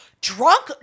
drunk